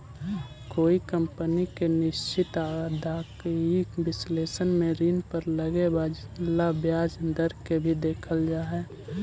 कोई कंपनी के निश्चित आदाएगी विश्लेषण में ऋण पर लगे वाला ब्याज दर के भी देखल जा हई